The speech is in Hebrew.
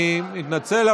אני מתנצל,